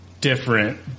Different